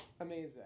Amazing